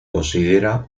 considera